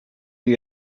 you